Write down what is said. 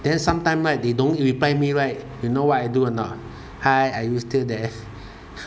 then sometime right they don't reply me right you know what I do or not hi are you still there